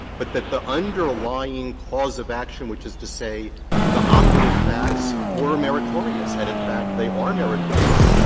but that the underlying cause of action, which is to say the operative facts, were meritorious and in fact they are meritorious.